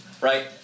right